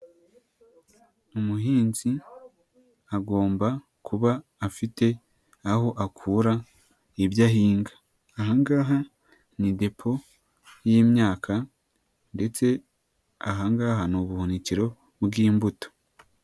Umuhinzi agomba kuba afite aho akura ibyo ahinga, aha ngaha ni depo y'imyaka ndetse aha ngaha ni ubuhunikiro bw'imbuto.